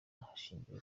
hashingiwe